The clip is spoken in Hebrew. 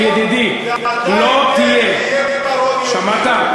ידידי, לא תהיה, שמעת?